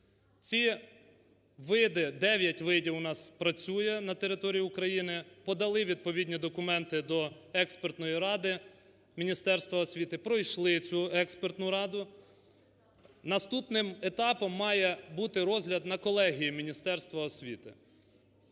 видів у нас працює на території України, подали відповідні документи до експертної ради Міністерства освіти, пройшли цю експертну раду. Наступним етапом має бути розгляд на колегії в Міністерстві освіти.